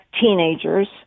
teenagers